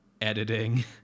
editing